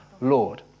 Lord